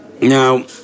Now